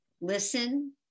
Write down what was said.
listen